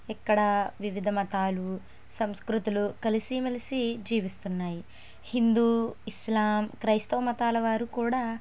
ఇక్కడ వివిధ మతాలు సంస్కృతులు కలిసి మెలిసి జీవిస్తున్నాయి హిందూ ఇస్లాం క్రైస్తవ మతాల వారు కూడా